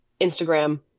Instagram